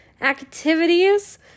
activities